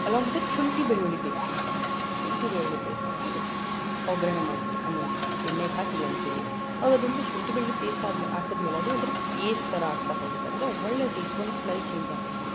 along with that ಶುಂಠಿ ಬೆಳ್ಳುಳ್ಳಿ paste ಹಾಕಿ ಶುಂಠಿ ಬೆಳ್ಳುಳ್ಳಿ ಪೇಸ್ಟ್ ಹಾಕಿಬಿಟ್ಟು ಒಗ್ಗರಣೆ ಮಾಡ್ತೀರಿ ಐ ಮೀನ್ ಎಣ್ಣೆಗೆ ಹಾಕಿ ಹೀಗಂತಿರಿ ಅವಾಗದೊಂದು ಶುಂಠಿ ಬೆಳ್ಳುಳ್ಳಿ ಪೇಸ್ಟ್ ಆದ್ಮೆ ಹಾಕಿದ್ಮೇಲೆ ಅದು ಒಂಥರ ಪೇಸ್ಟ್ ಥರ ಆಗ್ತಾ ಹೋಗುತ್ತೆ ಅಂದರೆ ಒಳ್ಳೆಯ ಟೇಸ್ಟ್ ಒಳ್ಳೆಯ ಸ್ಮೆಲ್ ಚೇಂಜ್ ಆಗ್ತಾ ಹೋಗುತ್ತೆ